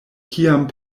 kiam